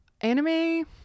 anime